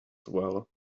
swell